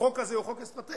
החוק הזה הוא חוק אסטרטגי,